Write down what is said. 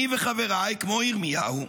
אני וחבריי, כמו ירמיהו,